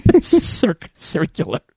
Circular